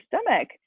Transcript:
stomach